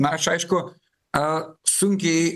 na aš aišku a sunkiai